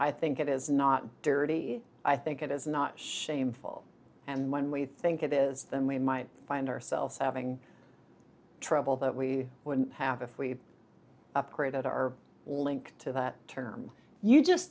i think it is not dirty i think it is not shameful and when we think it is then we might find ourselves having trouble that we wouldn't have if we upgraded our link to that term you just